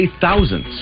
thousands